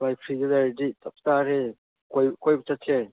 ꯍꯣꯏ ꯐ꯭ꯔꯤꯗ ꯂꯩꯔꯗꯤ ꯆꯞ ꯆꯥꯔꯦ ꯀꯣꯏꯕ ꯆꯠꯁꯦ